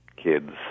kids